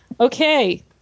Okay